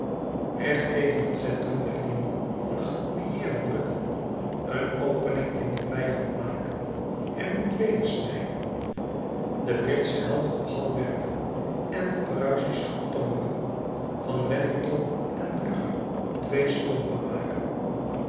recht tegen het centrum der linie van de geallieerden rukken een opening in den vijand maken hem in tweeën snijden de britsche helft op hal werpen en de pruisische op tongeren van wellington en blücher twee stompen maken